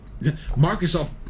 Microsoft